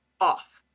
off